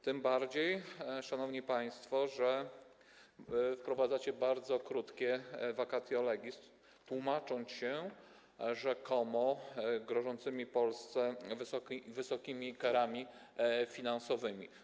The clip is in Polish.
Tym bardziej, szanowni państwo, że wprowadzacie bardzo krótkie vacatio legis, tłumacząc się rzekomo grożącymi Polsce wysokimi karami finansowymi.